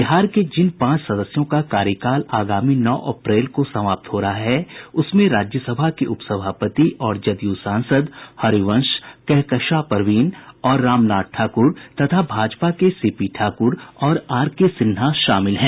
बिहार के जिन पांच सदस्यों का कार्यकाल आगामी नौ अप्रैल को समाप्त हो रहा है उसमें राज्यसभा के उपसभापति और जदयू सांसद हरिवंश कहकशां परवीन और रामनाथ ठाक्र तथा भाजपा के सीपी ठाक्र और आरके सिन्हा शामिल हैं